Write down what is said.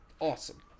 Awesome